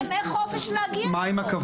לקחנו ימי חופש להגיע לפה.